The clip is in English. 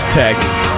text